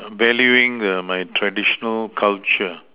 valuing err my traditional culture